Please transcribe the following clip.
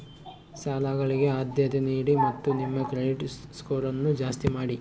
ಸಾಲಗಳಿಗೆ ಆದ್ಯತೆ ನೀಡಿ ಮತ್ತು ನಿಮ್ಮ ಕ್ರೆಡಿಟ್ ಸ್ಕೋರನ್ನು ಜಾಸ್ತಿ ಮಾಡಿ